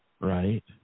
Right